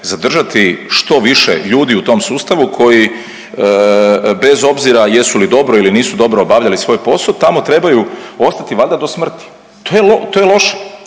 zadržati što više ljudi u tom sustavu koji bez obzira jesu li dobro ili nisu dobro obavljali svoj posao tamo trebaju ostati valjda do smrti. To je loše.